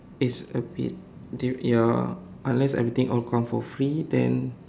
it's a bit diff~ ya unless everything all come for free then